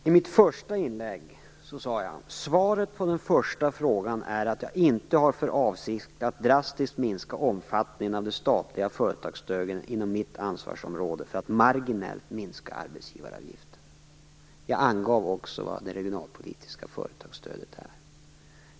Fru talman! I mitt första inlägg sade jag: "Svaret på den första frågan är att jag inte har för avsikt att drastiskt minska omfattningen av de statliga företagsstöden inom mitt ansvarsområde för att marginellt minska arbetsgivaravgifterna." Jag angav också vad det regionalpolitiska företagsstödet är.